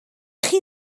chi